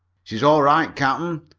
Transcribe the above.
she's all right, cap'n!